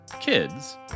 Kids